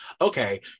Okay